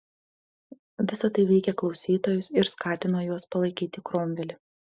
visa tai veikė klausytojus ir skatino juos palaikyti kromvelį